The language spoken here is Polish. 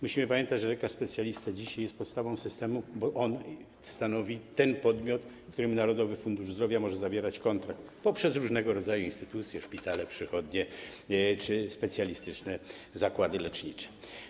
Musimy pamiętać, że lekarz specjalista dzisiaj jest podstawą systemu, bo on stanowi ten podmiot, z którym Narodowy Fundusz Zdrowia może zawierać kontrakt, poprzez różnego rodzaju instytucje, szpitale, przychodnie czy specjalistyczne zakłady lecznicze.